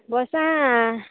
পইচা